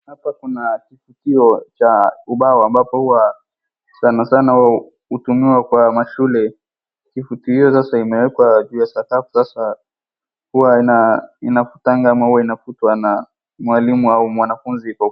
Hapa kuna kifutio cha ubao ambapo hua sanasana hutumiwa kwa mashule, kifutio hio imewekwa juu ya sakafu sasa hua inafutanga ama hua inafutwa na mwalimu au mwanafunzi.